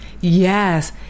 yes